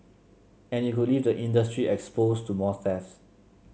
and it could leave the industry exposed to more thefts